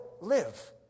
live